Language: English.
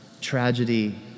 tragedy